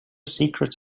secrets